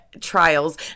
trials